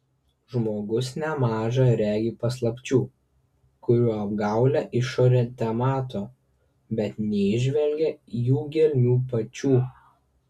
žmogus nemaža regi paslapčių kurių apgaulią išorę temato bet neįžvelgia jų gelmių pačių